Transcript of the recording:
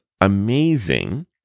amazing